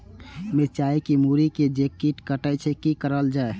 मिरचाय के मुरी के जे कीट कटे छे की करल जाय?